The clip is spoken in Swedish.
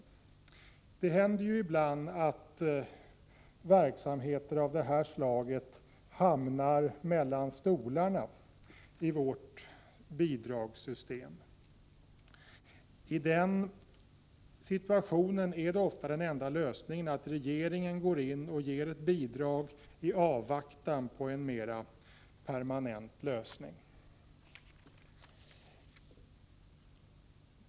I bland händer det att verksamheter av det här slaget hamnar mellan stolarna i vårt bidragssystem. Då är ofta den enda lösningen att regeringen går in och ger ett bidrag i avvaktan på en mer permanent lösning.